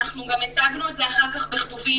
גם הצגנו את זה אחר כך בכתובים,